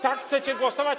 Tak chcecie głosować?